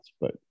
but-